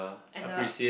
and the